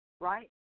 right